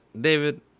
David